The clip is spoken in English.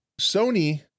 Sony